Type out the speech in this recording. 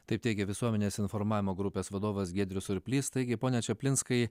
taip teigia visuomenės informavimo grupės vadovas giedrius surplys taigi pone čaplinskai